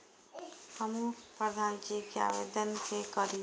हमू प्रधान जी के आवेदन के करी?